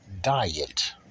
diet